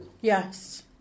Yes